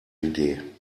idee